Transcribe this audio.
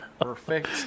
perfect